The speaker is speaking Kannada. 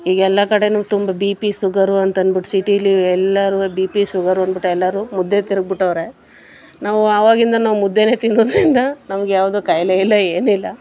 ಈಗ ಎಲ್ಲ ಕಡೆಯೂ ತುಂಬ ಬಿ ಪಿ ಸುಗರು ಅಂತಂದ್ಬಿಟ್ಟು ಸಿಟಿಲಿ ಎಲ್ಲರೂ ಬಿ ಪಿ ಸುಗರು ಅಂದ್ಬಿಟ್ಟು ಎಲ್ಲರೂ ಮುದ್ದೆ ತಿರುಗ್ಬಿಟ್ಟವ್ರೆ ನಾವು ಆವಾಗಿಂದ ನಾವು ಮುದ್ದೆಯೇ ತಿನ್ನೋದರಿಂದ ನಮ್ಗೆ ಯಾವುದು ಕಾಯಿಲೆ ಇಲ್ಲ ಏನಿಲ್ಲ